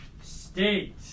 state